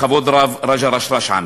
בכבוד רב, רג'א רשראש עאמר.